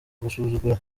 gusuzugura